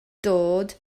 dod